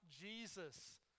Jesus